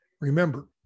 Remember